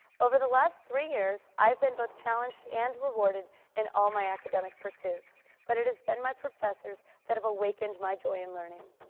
over the last three years, i've been both challenged and rewarded in all my academic pursuits. but it has been my professors that have awakened my joy in learning.